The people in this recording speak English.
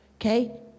Okay